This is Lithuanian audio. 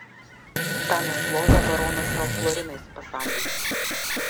tą nešlovę baronas tau florinais pasaldys